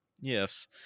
yes